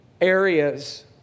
areas